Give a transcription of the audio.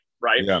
right